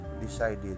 decided